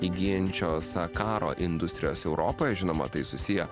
įgyjančios karo industrijos europoje žinoma tai susiję